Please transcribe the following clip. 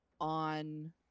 on